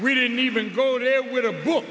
we didn't even go there with her book